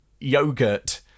yogurt